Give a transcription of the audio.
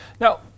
Now